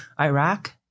Iraq